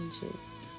changes